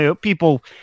people